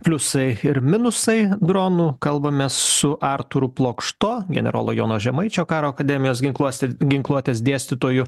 pliusai ir minusai dronų kalbamės su artūru plokšto generolo jono žemaičio karo akademijos ginkluos ginkluotės dėstytoju